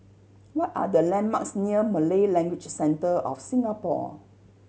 what are the landmarks near Malay Language Centre of Singapore